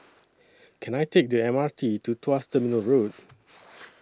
Can I Take The M R T to Tuas Terminal Road